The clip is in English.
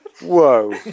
Whoa